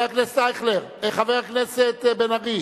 חבר הכנסת בן-ארי,